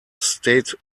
state